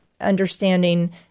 understanding